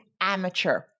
amateur